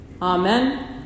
Amen